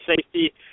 safety